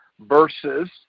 versus